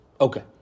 Okay